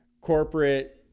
Corporate